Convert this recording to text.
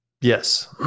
Yes